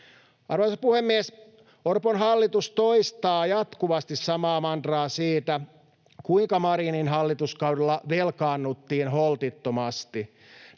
Arvoisa puhemies! Orpon hallitus toistaa jatkuvasti samaa mantraa siitä, kuinka Marinin hallituskaudella velkaannuttiin holtittomasti.